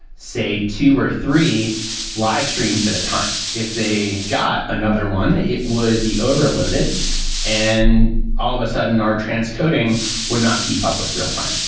say, two or three live streams at a time. if they got another one, it would be overloaded and all of a sudden our transcoding would not keep up with real-time.